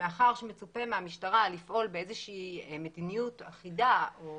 מאחר שמצופה מהמשטרה לפעול באיזושהי מדיניות אחידה או